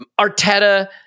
Arteta